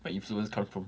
where influence come from